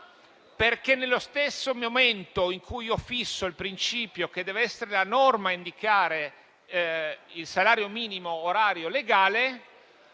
orario. Nello stesso momento in cui io fisso il principio che deve essere la norma ad indicare il salario minimo orario legale,